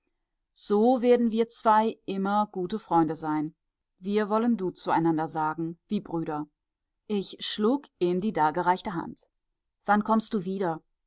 so werden wir zwei immer gute freunde sein wir wollen du zueinander sagen wie brüder ich schlug in die dargereichte hand wann kommst du wieder